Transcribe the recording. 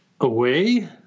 away